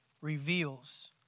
reveals